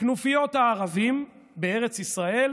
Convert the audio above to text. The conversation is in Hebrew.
כנופיות הערבים בארץ ישראל